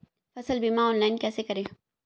फसल बीमा ऑनलाइन कैसे करें?